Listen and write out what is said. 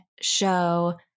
show